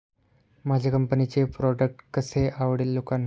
माझ्या कंपनीचे प्रॉडक्ट कसे आवडेल लोकांना?